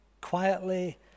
quietly